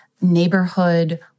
neighborhood